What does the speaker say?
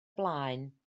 blaen